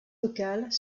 locales